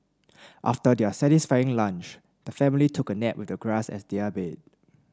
after their satisfying lunch the family took a nap with the grass as their bed